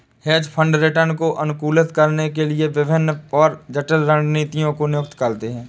hedge fund return को अनुकूलित करने के लिए विभिन्न और जटिल रणनीतियों को नियुक्त करते हैं